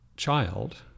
child